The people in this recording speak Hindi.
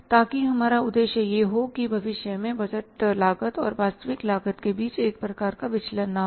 ताकि हमारा उद्देश्य यह हो कि भविष्य में बजट लागत और वास्तविक लागत के बीच एक प्रकार का विचलन न हो